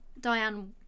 Diane